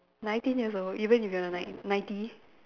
nineteen years old even if you're like ninety